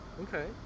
Okay